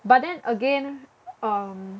but then again um